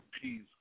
peace